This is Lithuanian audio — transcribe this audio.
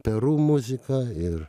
peru muziką ir